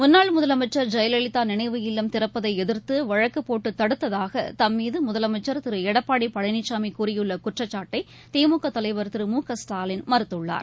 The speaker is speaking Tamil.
முன்னாள் முதலமைச்சர் ஜெயலலிதாநினைவு இல்லம் திறப்பதைஎதிர்த்துவழக்குபோட்டுதடுத்ததாகதம்மீதமுதலமைச்சர் திருடப்பாடிபழனிசாமிகூறியுள்ளகுற்றச்சாட்டைதிமுகதலைவர் திரு மு க ஸ்டாலின் மறுத்துள்ளார்